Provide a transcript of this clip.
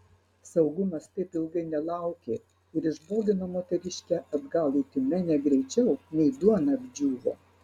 saugumas taip ilgai nelaukė ir išbogino moteriškę atgal į tiumenę greičiau nei duona apdžiūvo